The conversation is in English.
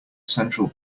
central